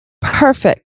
perfect